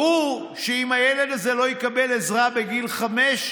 ברור שאם הילד הזה לא יקבל עזרה בגיל חמש,